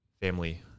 family